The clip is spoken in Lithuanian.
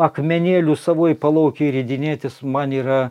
akmenėliu savoj palaukėj ridinėtis man yra